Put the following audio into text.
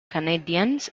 canadians